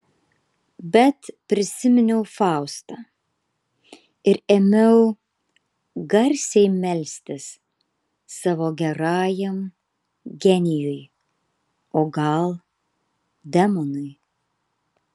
bet prisiminiau faustą ir ėmiau garsiai melstis savo gerajam genijui o gal demonui